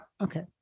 Okay